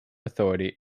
authority